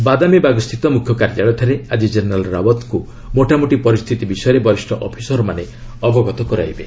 ବାଦାମୀବାଗ ସ୍ଥିତ ମୁଖ୍ୟ କାର୍ଯ୍ୟାଳୟଠାରେ ଆଜି ଜେନେରାଲ ରାଓ୍ୱତଙ୍କୁ ମୋଟାମୋଟି ପରିସ୍ଥିତି ବିଷୟରେ ବରିଷ୍ଣ ଅଫିସରମାନେ ଅବଗତ କରାଇବେ